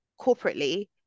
corporately